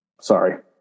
sorry